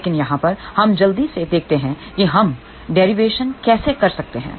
लेकिन यहाँ पर हम जल्दी से देखते हैं कि हम डेरिवेशन कैसे कर सकते हैं